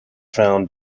found